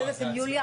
מי נמנע?